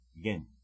again